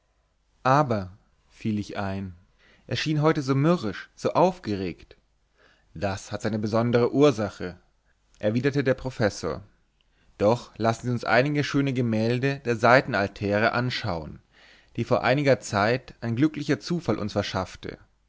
aber fiel ich ein er schien heute so mürrisch so aufgeregt das hat seine besondere ursache erwiderte der professor doch lassen sie uns einige schöne gemälde der seiten altäre anschauen die vor einiger zeit ein glücklicher zufall uns verschaffte